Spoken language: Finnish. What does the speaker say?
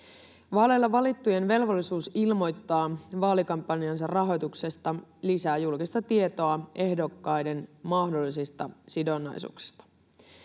Vaaleilla valittujen velvollisuus ilmoittaa vaalikampanjansa rahoituksesta lisää julkista tietoa ehdokkaiden mahdollisista sidonnaisuuksista.